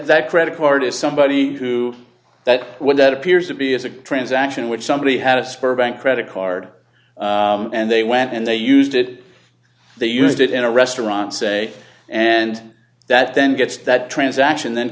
that credit card is somebody who that one that appears to be is a transaction which somebody had a sperm bank credit card and they went and they used it they used it in a restaurant say and that then gets that transaction then